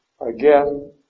again